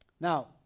Now